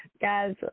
Guys